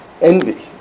envy